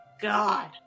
God